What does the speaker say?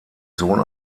sohn